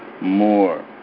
more